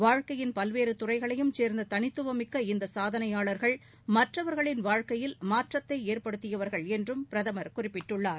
வாழ்க்கையின் பல்வேறு துறைகளையும் சேர்ந்த தளித்துவமிக்க இந்த சாதனையாளர்கள் மற்றவர்களின் வாழ்க்கையில் மாற்றத்தை ஏற்படுத்தியவர்கள் என்றும் பிரதமர் குறிப்பிட்டுள்ளார்